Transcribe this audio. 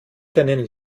deinen